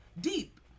deep